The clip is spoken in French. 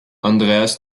andreas